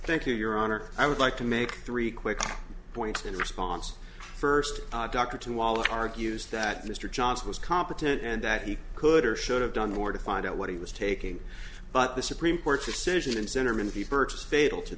thank you your honor i would like to make three quick points in response first doctor to all argues that mr johnson was competent and that he could or should have done more to find out what he was taking but the supreme court's decision